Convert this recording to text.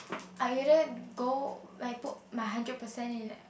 I either go like put my hundred percent in